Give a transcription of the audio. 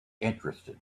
interested